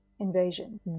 invasion